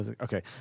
okay